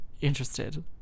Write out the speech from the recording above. interested